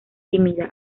tímida